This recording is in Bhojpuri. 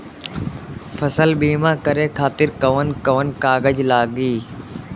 फसल बीमा करे खातिर कवन कवन कागज लागी?